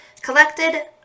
collected